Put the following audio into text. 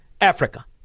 Africa